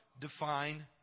define